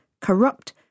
corrupt